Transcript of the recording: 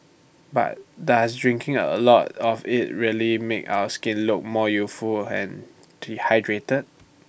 but does drinking A lot of IT really make our skin look more youthful and dehydrated